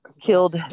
killed